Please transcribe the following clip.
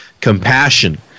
compassion